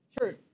Sure